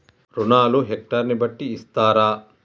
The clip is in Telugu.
రుణాలు హెక్టర్ ని బట్టి ఇస్తారా?